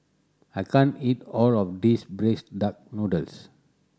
I can't eat all of this braised duck noodles